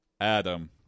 Adam